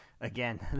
Again